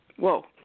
Whoa